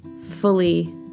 fully